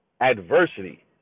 adversity